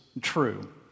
true